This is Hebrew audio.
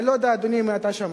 אדוני, אני לא יודע אם אתה שמעת,